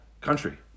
country